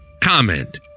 comment